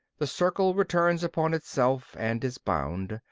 the circle returns upon itself and is bound.